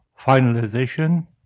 finalization